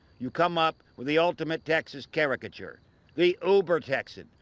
you come up with the ultimate texas caricature the uber-texan,